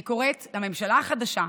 אני קוראת לממשלה החדשה: